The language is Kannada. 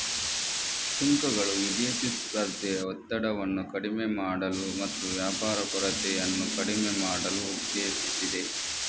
ಸುಂಕಗಳು ವಿದೇಶಿ ಸ್ಪರ್ಧೆಯ ಒತ್ತಡವನ್ನು ಕಡಿಮೆ ಮಾಡಲು ಮತ್ತು ವ್ಯಾಪಾರ ಕೊರತೆಯನ್ನು ಕಡಿಮೆ ಮಾಡಲು ಉದ್ದೇಶಿಸಿದೆ